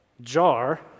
jar